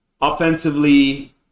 offensively